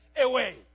away